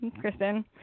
Kristen